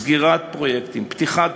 סגירת פרויקטים, פתיחת פרויקטים,